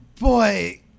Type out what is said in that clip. Boy